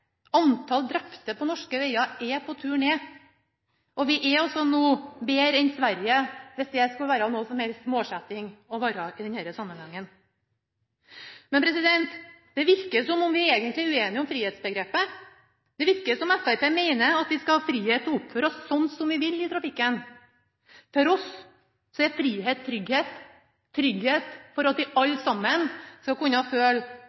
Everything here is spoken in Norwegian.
Antall drepte på norske veger er på tur ned. Vi er nå bedre enn Sverige, hvis det skal være noen målsetting å være det i denne sammenhengen. Det virker som om vi er uenige om frihetsbegrepet. Det virker som om Fremskrittspartiet mener at vi skal ha frihet til å oppføre oss sånn som vi vil i trafikken. For oss er frihet trygghet – trygghet for at vi alle sammen skal kunne føle